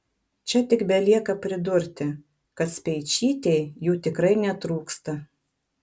čia tik belieka pridurti kad speičytei jų tikrai netrūksta